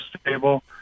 stable